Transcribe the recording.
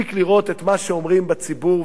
מספיק לראות את מה שאומרים בציבור,